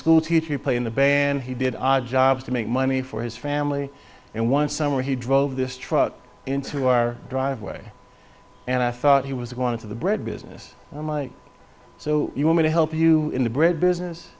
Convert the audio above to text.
schoolteacher you play in the band he did odd jobs to make money for his family and one summer he drove this truck into our driveway and i thought he was going to the bread business so you want me to help you in the bread business